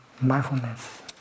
mindfulness